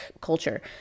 culture